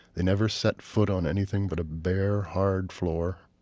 they never set foot on anything but a bare, hard floor.